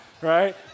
right